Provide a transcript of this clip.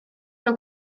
mewn